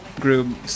group